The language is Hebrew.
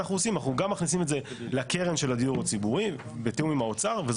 אנחנו גם מכניסים את זה לקרן של הדיור הציבורי בתיאום עם האוצר.